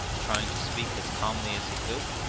trying to speak as calmly as he could.